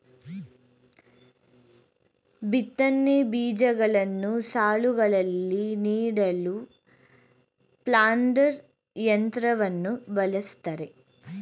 ಬಿತ್ತನೆ ಬೀಜಗಳನ್ನು ಸಾಲುಗಳಲ್ಲಿ ನೀಡಲು ಪ್ಲಾಂಟರ್ ಯಂತ್ರವನ್ನು ಬಳ್ಸತ್ತರೆ